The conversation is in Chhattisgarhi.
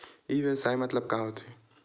ई व्यवसाय मतलब का होथे?